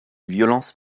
violence